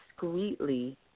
discreetly